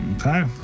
Okay